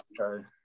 Okay